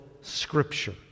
Scripture